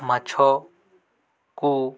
ମାଛକୁ